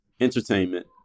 entertainment